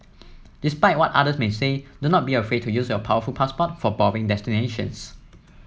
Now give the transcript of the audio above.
despite what others may say do not be afraid to use your powerful passport for boring destinations